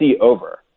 over